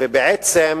ובעצם